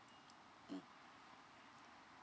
mm